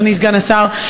אדוני סגן השר,